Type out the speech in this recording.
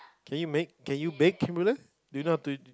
can you make can you bake creme brulee